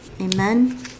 Amen